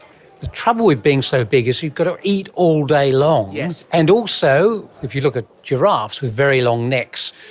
the trouble with being so big is you've got to eat all day long, and also if you look at giraffes with very long necks,